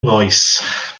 nghoes